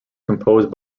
composed